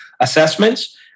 assessments